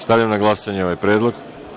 Stavljam na glasanje ovaj predlog.